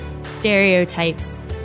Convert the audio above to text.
stereotypes